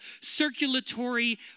circulatory